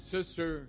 Sister